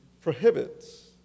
prohibits